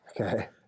Okay